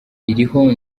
iriho